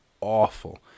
awful